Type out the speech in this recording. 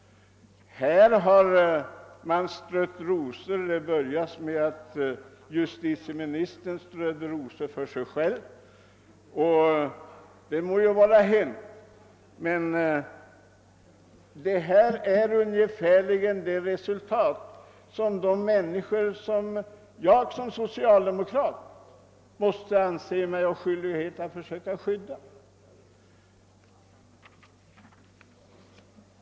Det har strötts en del rosor i denna debatt. Det började med att justitieministern strödde rosor för sig själv — och det må ju vara hänt — men jag vill påpeka att de människor som drabbas av förslaget är sådana som jag som socialdemokrat anser mig ha skyldighet att försöka värna om.